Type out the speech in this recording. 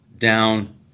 down